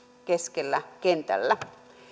keskellä kentällä